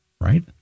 Right